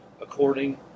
according